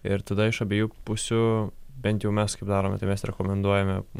ir tada iš abiejų pusių bent jau mes kaip darome tai mes rekomenduojame